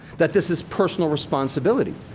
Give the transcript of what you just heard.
that this is personal responsibility.